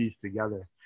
together